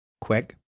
quick